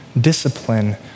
discipline